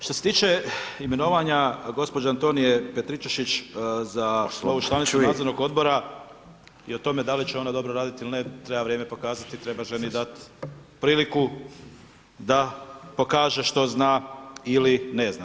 Što se tiče imenovanja gđe. Antonije Petričušić za članicu nadzornog odbora i o tome da li će ona dobro raditi ili ne, treba vrijeme pokazati i treba ženi dati priliku da pokaže što zna ili ne zna.